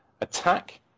Attack